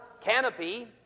canopy